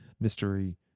mystery